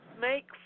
make